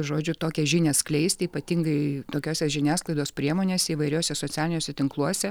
žodžiu tokią žinią skleisti ypatingai tokiose žiniasklaidos priemonėse įvairiuose socialiniuose tinkluose